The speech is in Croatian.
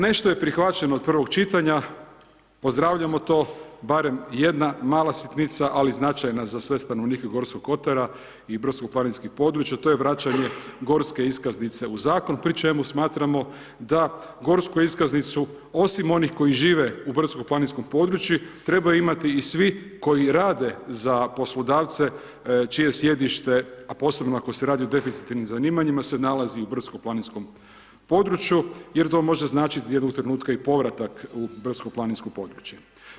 Nešto je prihvaćeno od prvog čitanja, pozdravljamo to, barem jedna mala sitnica, ali značajna za sve stanovnike Gorskog kotara i brdsko planinskih područja, to je vraćanje Gorske iskaznice u Zakon, pri čemu smatramo da Gorsku iskaznicu, osim onih koji žive u brdsko planinskom području, trebaju imati i svi koji rade za poslodavce čije sjedište, a posebno ako se radi o deficitarnim zanimanjima, se nalazi u brdsko planinskom području jer to može tražiti jednog trenutka i povratak u brdsko planinsko područje.